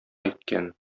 әйткән